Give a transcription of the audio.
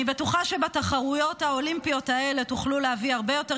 אני בטוחה שבתחרויות האולימפיות האלה תוכלו להביא הרבה יותר